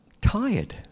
tired